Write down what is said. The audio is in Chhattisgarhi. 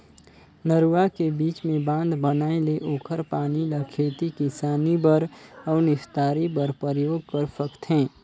नरूवा के बीच मे बांध बनाये ले ओखर पानी ल खेती किसानी बर अउ निस्तारी बर परयोग कर सकथें